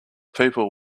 people